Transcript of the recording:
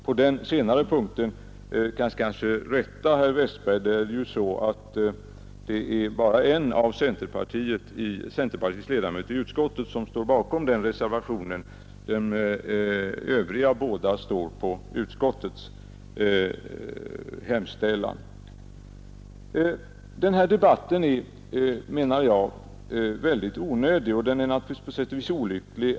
På den senare punkten bör jag kanske rätta herr Westberg i Ljusdal — det är bara en av centerpartiets representanter i utskottet som står bakom reservationen på den punkten; de båda andra har anslutit sig till utskottsmajoritetens förslag.